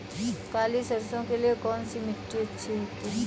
काली सरसो के लिए कौन सी मिट्टी अच्छी होती है?